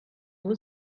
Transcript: will